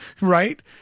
right